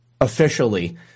officially